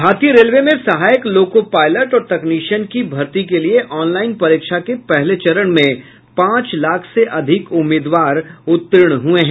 भारतीय रेलवे में सहायक लोको पायलट और तकनीशियन की भर्ती के लिए ऑन लाइन परीक्षा के पहले चरण में पांच लाख से अधिक उम्मीदवार उत्तीर्ण हुए हैं